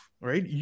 Right